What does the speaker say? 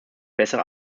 bessere